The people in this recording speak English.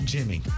Jimmy